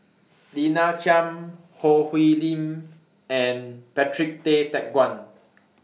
Lina Chiam Choo Hwee Lim and Patrick Tay Teck Guan